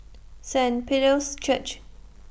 Saint Peter's Church